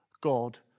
God